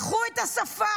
לקחו את השפה.